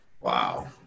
Wow